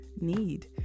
need